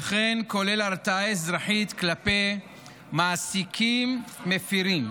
וכן כולל הרתעה אזרחית כלפי מעסיקים מפירים.